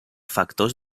factors